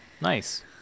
Nice